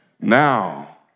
now